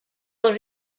del